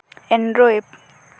android